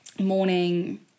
morning